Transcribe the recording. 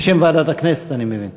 בשם ועדת הכנסת, אני מבין.